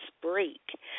break